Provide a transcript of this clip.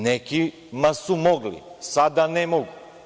Nekima su mogli, sada ne mogu.